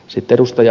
sitten ed